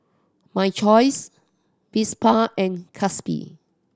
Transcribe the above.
My Choice Vespa and Gatsby